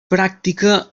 pràctica